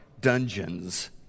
dungeons